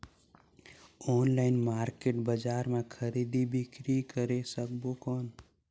Online market बजार मां खरीदी बीकरी करे सकबो कौन?